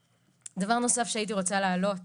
דבר נוסף שהייתי רוצה להעלות,